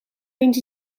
eens